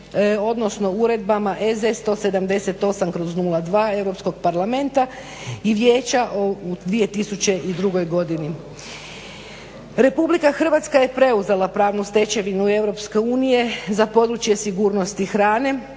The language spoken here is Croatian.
odnosno uredbama EZ 178/02 EU parlamenta i Vijeća u 2002.godini. RH je preuzela pravnu stečevinu EU za područje sigurnosti hrane